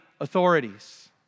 authorities